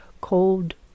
cold